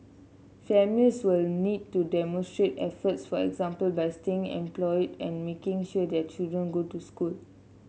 families will need to demonstrate efforts for example by staying employed and making sure their children go to school